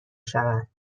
شود